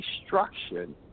destruction